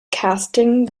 casting